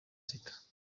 sita